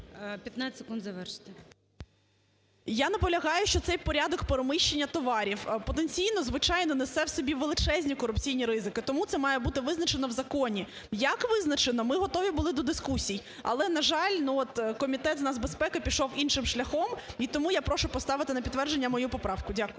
15 секунд завершити. ШКРУМ А.І. Я наполягаю, що цей порядок переміщення товарів потенційно, звичайно, несе в собі величезні корупційні ризики. Тому це має бути визначено в законі. Як визначено? Ми готові були до дискусій, але, на жаль, ну от Комітет з нацбезпеки пішов іншим шляхом, і тому я прошу поставити на підтвердження мою поправку. Дякую.